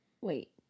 wait